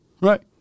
right